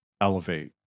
elevate